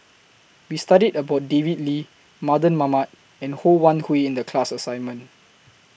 We studied about David Lee Mardan Mamat and Ho Wan Hui in The class assignment